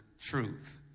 truth